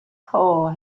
hole